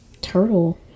turtle